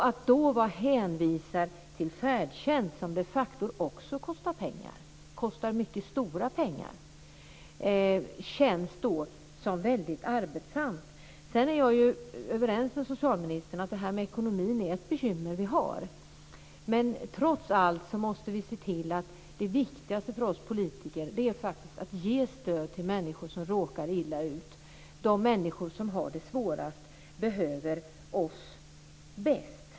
Att då vara hänvisad till färdtjänst, som de facto också kostar mycket stora pengar, känns väldigt arbetsamt. Sedan är jag överens med socialministern om att detta med ekonomin är ett bekymmer vi har. Men vi måste trots allt komma ihåg att det viktigaste för oss politiker faktiskt är att ge stöd till människor som råkar illa ut. De människor som har det svårast behöver oss bäst.